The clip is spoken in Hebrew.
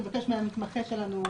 אני אבקש מהמתמחה שלנו,